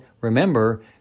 remember